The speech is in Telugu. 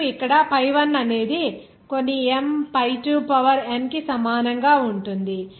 ఇప్పుడు ఇక్కడ pi1 అనేది కొన్ని m pi2 పవర్ n కి సమానంగా ఉంటుంది